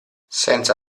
senza